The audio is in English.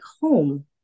home